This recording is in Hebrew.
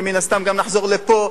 ומן הסתם גם נחזור לפה,